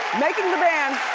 making the band.